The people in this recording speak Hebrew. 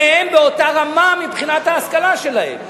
שניהם באותה רמה מבחינת ההשכלה שלהם,